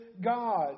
God